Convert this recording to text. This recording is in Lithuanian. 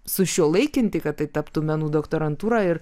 sušiuolaikinti kad tai taptų menų doktorantūra ir